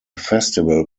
festival